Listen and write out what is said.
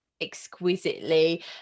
exquisitely